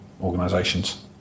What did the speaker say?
organisations